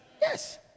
Yes